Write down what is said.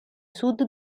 sud